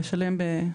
"לשלם".